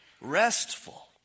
restful